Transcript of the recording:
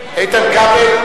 איתן כבל?